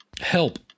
Help